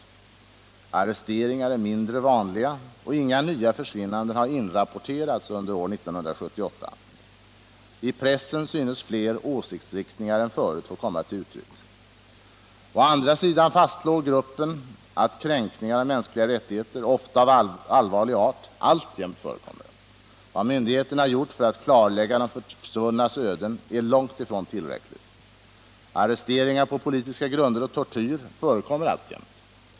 Arresteringar är mindre vanliga, och inga nya försvinnanden har inrapporterats under år 1978. I pressen synes fler åsiktsriktningar än förut få komma till uttryck. Å andra sidan fastslår gruppen att kränkningar av mänskliga rättigheter, ofta av allvarlig art, alltjämt förekommer. Vad myndigheterna gjort för att klarlägga de försvunnas öden är långt ifrån tillräckligt. Arresteringar på politiska grunder och tortyr förekommer alltjämt.